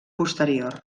posterior